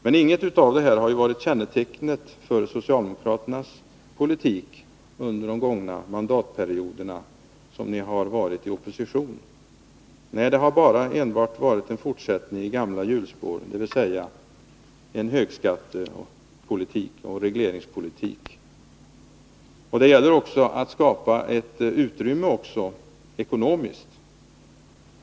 Men inget av detta har varit kännetecknande för socialdemokraternas politik under de gångna mandatperioderna då ni har varit i opposition. Nej, ni har enbart fortsatt i gamla hjulspår, dvs. förespråkat en högskatteoch regleringspolitik. Det gäller också att skapa ett ekonomiskt utrymme.